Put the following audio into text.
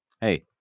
Hey